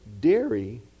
Dairy